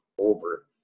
over